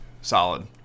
Solid